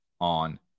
on